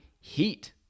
heat